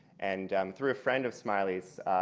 and um through a friend of smiley's,